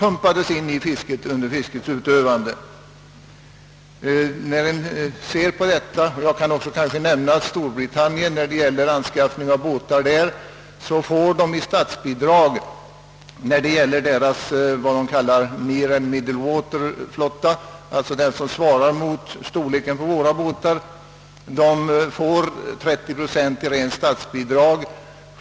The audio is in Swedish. Jag kan också nämna att fiskarna i Storbritannien för anskaffning av båtar får i statsbidrag när det gäller vad de kallar »near and middlewater»-flottan, alltså vad som svarar mot storleken på våra båtar, 30 procent utan återbetalningsskyldighet.